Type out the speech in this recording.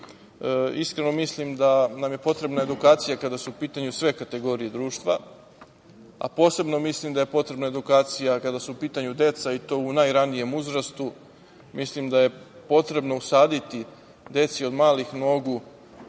Iskreno, mislim da nam je potrebna edukacija kada su u pitanju sve kategorije društva, a posebno mislim da je potrebna edukacija kada su u pitanju deca, i to u najranijem uzrastu. Mislim da je potrebno usaditi deci od malih nogu